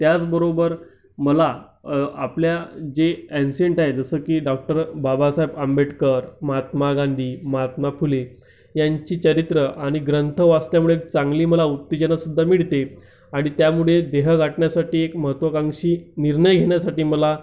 त्याचबरोबर मला आपल्या जे अँसेन्ट आहे जसं की डॉक्टर बाबासाहेब आंबेडकर महात्मा गांधी महात्मा फुले यांची चरित्रं आणि ग्रंथ वाचल्यामुळे चांगली मला उत्तेजनासुद्धा मिळते आणि त्यामुळे ध्येय गाठण्यासाठी एक महत्त्वाकांक्षी निर्णय घेण्यासाठी मला